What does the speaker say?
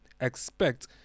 Expect